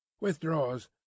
withdraws